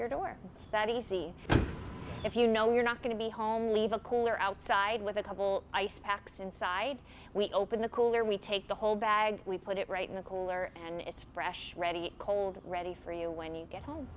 your door that easy if you know you're not going to be home leave a cooler outside with a couple ice packs inside we open the cooler we take the whole bag we put it right in the cooler and it's fresh ready cold ready for you when you get home